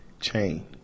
chain